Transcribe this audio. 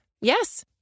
Yes